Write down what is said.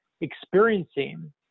experiencing